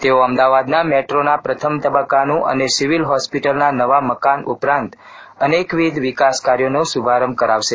તેઓ અમદાવાદના મેટ્રોના પ્રથમ તબક્કા અને સિવિલ હોસ્પિટલના નવા મકાન ઉપરાંત અનેકવિધ વિકાસ કાર્યોનો શુભારંભ કરાવશે